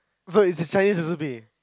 so it's a Chinese recipe